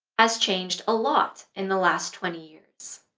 has changed a lot in the last twenty years